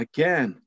Again